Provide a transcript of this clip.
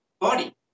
body